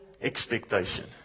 expectation